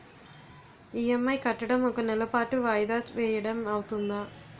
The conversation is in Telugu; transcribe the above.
ఇ.ఎం.ఐ కట్టడం ఒక నెల పాటు వాయిదా వేయటం అవ్తుందా?